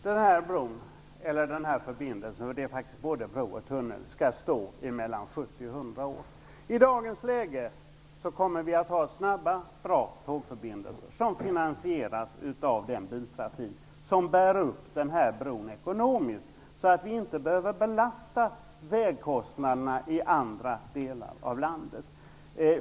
Herr talman! Denna bro, eller denna förbindelse - det är faktiskt både en bro och en tunnel, skall stå i 70-100 år. I dagens läge kommer vi att ha snabba och bra tågförbindelser som finansieras av den biltrafik som bär upp bron ekonomiskt. Då behöver vi inte belasta vägkostnaderna i andra delar av landet.